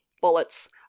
bullets